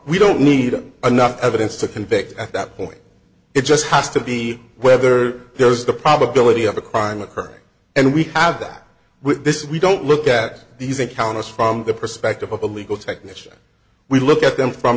we don't need him enough evidence to convict at that point it just has to be whether there's the probability of a crime occurring and we have that with this we don't look at these encounters from the perspective of a legal technician we look at them from